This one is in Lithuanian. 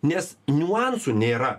nes niuansų nėra